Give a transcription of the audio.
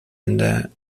and